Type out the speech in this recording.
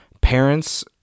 parents